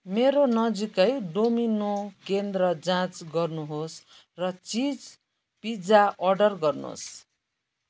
मेरो नजिकै डोमिनो केन्द्र जाँच गर्नुहोस् र चिज पिज्जा अर्डर गर्नुहोस्